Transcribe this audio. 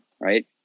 right